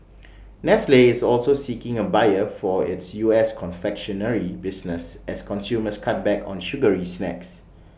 nestle is also seeking A buyer for its U S confectionery business as consumers cut back on sugary snacks